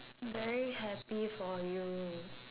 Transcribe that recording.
very happy for you